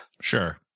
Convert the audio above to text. Sure